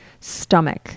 stomach